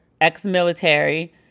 ex-military